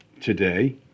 today